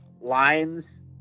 lines